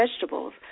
vegetables